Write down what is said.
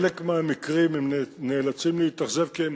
בחלק מהמקרים הם נאלצים להתאכזב כי הם